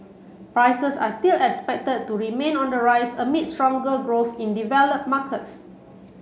prices are still expected to remain on the rise amid stronger growth in develop markets